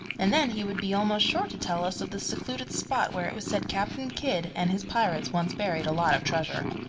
and then he would be almost sure to tell us of the secluded spot where it was said captain kidd and his pirates once buried a lot of treasure.